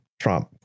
Trump